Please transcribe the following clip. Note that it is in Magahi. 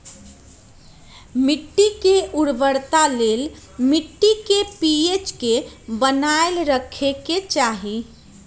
मिट्टी के उर्वरता के लेल मिट्टी के पी.एच के बनाएल रखे के चाहि